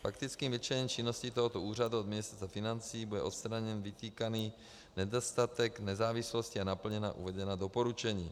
Faktickým vyčleněním činnosti tohoto úřadu od Ministerstva financí bude odstraněn vytýkaný nedostatek nezávislosti a naplněna uvedená doporučení.